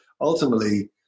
ultimately